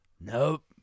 Nope